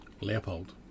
Leopold